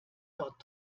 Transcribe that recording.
dort